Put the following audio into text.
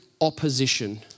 opposition